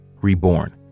Reborn